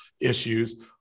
issues